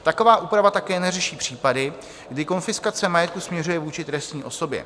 Taková úprava také neřeší případy, kdy konfiskace majetku směřuje vůči třetí osobě.